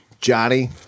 Johnny